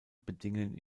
bedingen